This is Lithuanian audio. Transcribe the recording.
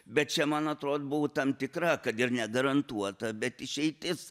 bet čia man atrodo buvo tikra kad ir anegarantuot bet išeitis